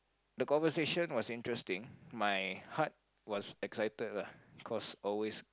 the conversation was interesting my heart was excited lah cause always